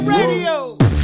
Radio